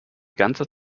ganze